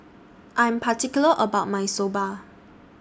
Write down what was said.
I Am particular about My Soba